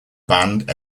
band